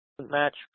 match